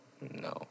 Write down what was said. No